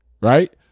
right